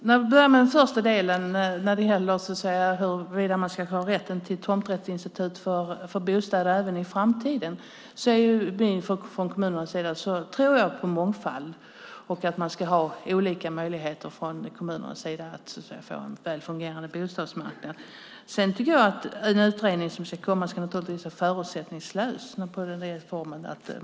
Herr talman! Jag börjar med huruvida man även i framtiden ska ha rätt till tomträttsinstitut för bostäder. Jag tror på en mångfald och på att man från kommunernas sida ska ha olika möjligheter till en väl fungerande bostadsmarknad. En utredning ska naturligtvis vara förutsättningslös.